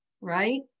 right